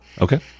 Okay